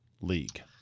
league